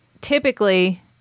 typically